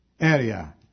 area